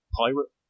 pirate